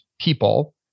people